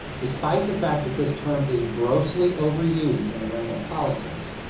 despite the fact that this term is grossly overused in the realm of politics.